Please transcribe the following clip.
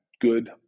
good